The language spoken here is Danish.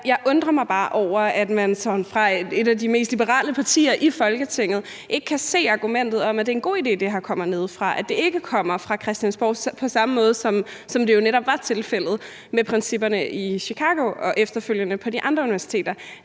jeg undrer mig bare over, at man fra et af de mest liberale partier i Folketingets side ikke kan se argumentet om, at det er en god idé, at det her kommer nedefra, altså at det ikke kommer fra Christiansborg, på samme måde som det jo netop var tilfældet med principperne i Chicago og efterfølgende på de andre universiteter.